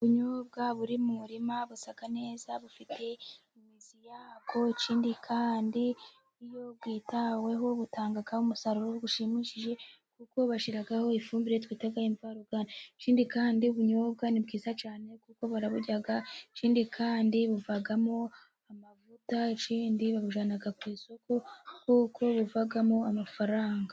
Ubunyobwa buri mu murima busa neza bufite imizi yabwo, ikindi kandi iyo bwitaweho butanga umusaruro bushimishije, kuko bashyiraho ifumbire twita imvaruganda ikindi kandi ubunyobwa ni bwiza cyane kuko baraburya, ikindi kandi buvamo amavuta, ikindi babujyana ku isoko kuko buvamo amafaranga.